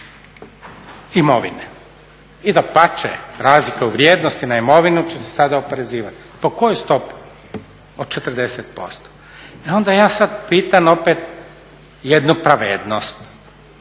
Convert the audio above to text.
imovine. I dapače, razlika u vrijednosti na imovinu će se sada oporezivati. Po kojoj stopi? Od 40%. E onda ja sad pitam opet jednu pravednost.